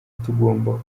tugomba